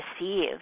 receive